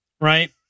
Right